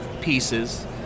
pieces